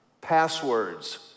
Passwords